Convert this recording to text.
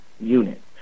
unit